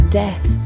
death